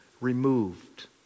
removed